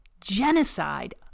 genocide